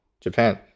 japan